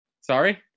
sorry